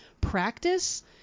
practice